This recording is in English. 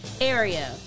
area